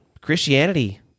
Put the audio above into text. Christianity